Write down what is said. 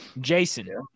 Jason